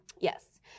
Yes